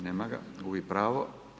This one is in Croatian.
Nema ga, gubi pravo.